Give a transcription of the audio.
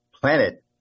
planet